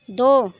दो